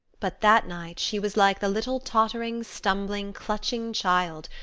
but that night she was like the little tottering stumbling, clutching child,